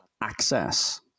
access